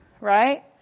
right